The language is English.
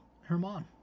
Herman